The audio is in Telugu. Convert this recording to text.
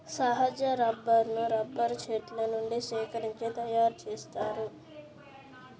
సహజ రబ్బరును రబ్బరు చెట్ల నుండి సేకరించి తయారుచేస్తారు